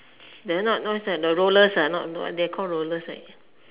they're not what is that the rollers ah not they're called rollers right